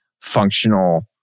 functional